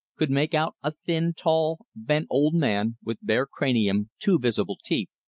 could make out a thin, tall, bent old man, with bare cranium, two visible teeth,